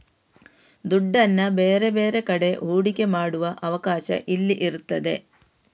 ದುಡ್ಡನ್ನ ಬೇರೆ ಬೇರೆ ಕಡೆ ಹೂಡಿಕೆ ಮಾಡುವ ಅವಕಾಶ ಇಲ್ಲಿ ಇರ್ತದೆ